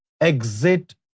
Exit